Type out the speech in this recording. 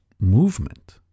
movement